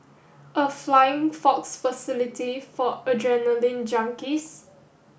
a flying fox facility for adrenaline junkies